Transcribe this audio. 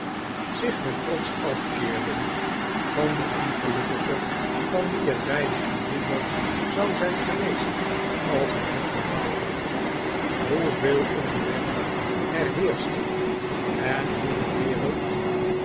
zich met trots afkeerden van den ongelukkige van wien het bijna een wonder zou zijn geweest als hij niet gedwaald had hoeveel onrecht er heerschte en hoe de wereld